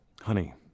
Honey